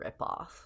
ripoff